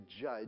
judge